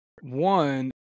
One